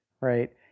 right